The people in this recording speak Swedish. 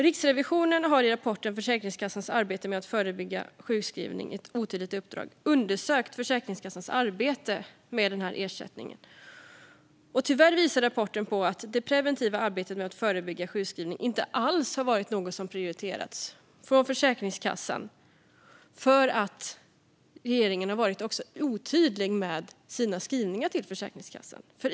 Riksrevisionen har i rapporten Försäkringskassans arbete med att förebygga sjukskrivning - ett otydligt uppdrag undersökt Försäkringskassans arbete med denna ersättning. Tyvärr visar rapporten att det preventiva arbetet med att förebygga sjukskrivningar inte alls har varit något som prioriterats från Försäkringskassan. Regeringen har också varit otydlig med sina skrivningar till Försäkringskassan.